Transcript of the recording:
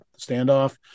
standoff